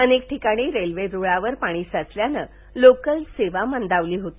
अनेक ठिकाणी रेल्वे रुळावरही पाणी साचल्यानं लोकल सेवा मंदावली होती